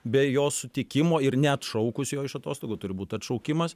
be jo sutikimo ir neatšaukus jo iš atostogų turi būt atšaukimas